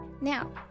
now